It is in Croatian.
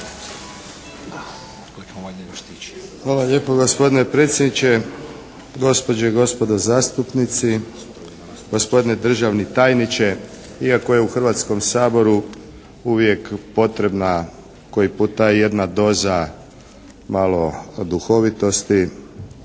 Hvala lijepa gospodine predsjedniče. Gospođe i gospodo zastupnici, gospodine državni tajniče. Iako je u Hrvatskom saboru uvijek potrebna koji puta i jedna doza malo duhovitosti